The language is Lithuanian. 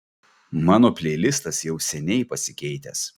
mano pleilistas jau seniai pasikeitęs